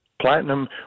Platinum